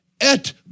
et